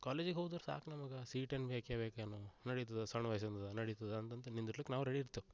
ಕಾಲೇಜಿಗೆ ಹೋಗೋದರ್ ಸಾಕು ನಮ್ಗೆ ಸೀಟ್ ಏನು ಬೇಕೇ ಬೇಕು ಏನು ನಡೀತದೆ ಸಣ್ಣ ವಯಸ್ಸಿಂದದ ನಡೀತದೆ ಅಂತಂತ ನಿಂದಿರ್ಲಿಕ್ಕೆ ನಾವು ರೆಡಿ ಇರ್ತಿವಿ